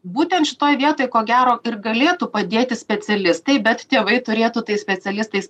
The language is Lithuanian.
būtent šitoj vietoj ko gero ir galėtų padėti specialistai bet tėvai turėtų tais specialistais